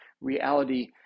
reality